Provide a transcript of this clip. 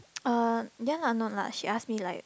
uh ya lah not lah she ask me like